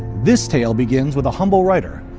this tale begins with a humble writer,